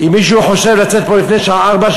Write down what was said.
אם מישהו חושב לצאת מפה לפני השעה 04:00,